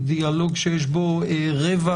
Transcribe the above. הוא דיאלוג שיש בו רווח